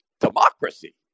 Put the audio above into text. democracy